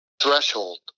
threshold